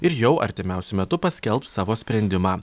ir jau artimiausiu metu paskelbs savo sprendimą